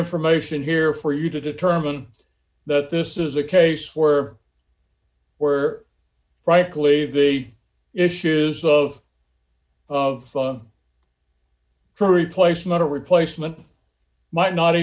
information here for you to determine that this is a case where where frankly the issues of of for replacement replacement might not